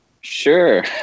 sure